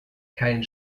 keinen